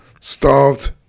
starved